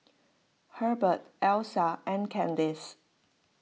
Herbert Elissa and Kandice